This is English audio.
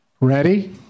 Ready